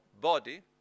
body